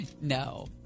No